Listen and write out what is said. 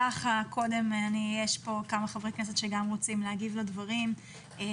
יש פה כמה חברי כנסת שביקשו להגיב לדברים אבל